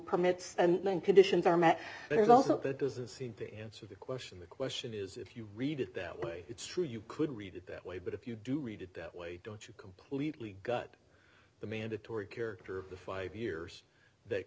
permits and when conditions are met but it also doesn't seem to answer the question the question is if you read it that way it's true you could read it that way but if you do read it that way don't you completely gut the mandatory character the five years that